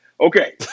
Okay